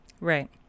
right